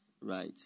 Right